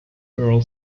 earl